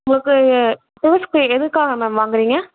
உங்களுக்கு ஃபேஸ்க்கு எதுக்காக மேம் வாங்குகிறீங்க